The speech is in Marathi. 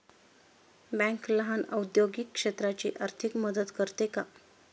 बँक लहान औद्योगिक क्षेत्राची आर्थिक मदत करते का?